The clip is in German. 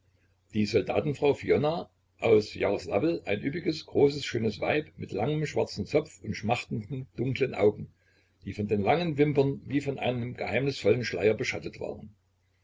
die soldatenfrau fiona aus jaroslawl ein üppiges großes schönes weib mit langem schwarzem zopf und schmachtenden dunklen augen die von den langen wimpern wievon einem geheimnisvollen schleier beschattet waren